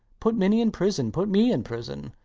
put minnie in prison. put me in prison.